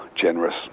generous